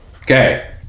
Okay